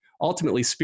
Ultimately